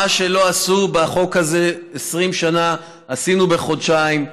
מה שלא עשו בחוק הזה 20 שנה עשינו בחודשיים,